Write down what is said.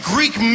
Greek